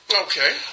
Okay